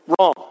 Wrong